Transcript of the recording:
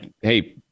hey